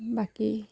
বাকী